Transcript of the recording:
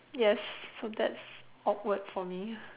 yes so that's awkward for me